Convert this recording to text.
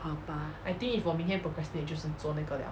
好吧 ba